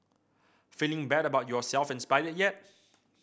feeling bad about yourself inspired yet